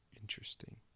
Interesting